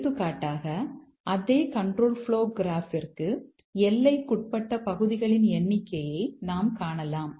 எடுத்துக்காட்டாக அதே control flow graph ற்கு எல்லைக்குட்பட்ட பகுதிகளின் எண்ணிக்கையை நாம் காணலாம்